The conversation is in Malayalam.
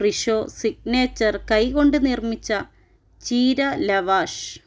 ഫ്രഷോ സിഗ്നേച്ചർ കൈ കൊണ്ട് നിർമ്മിച്ച ചീര ലവാഷ്